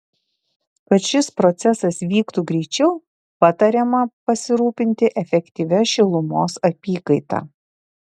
kad šis procesas vyktų greičiau patariama pasirūpinti efektyvia šilumos apykaita